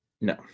No